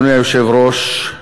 אדוני היושב-ראש,